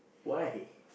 why